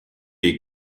est